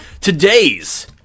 Today's